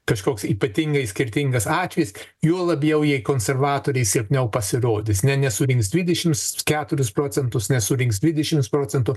kažkoks ypatingai skirtingas atvejis juo labiau jei konservatoriai silpniau pasirodys ne nesurinks dvidešims keturis procentų nesurinks dvidešims procentų